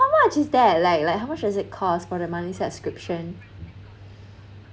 how how much is there like like how much does it cost for the monthly subscription